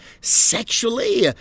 sexually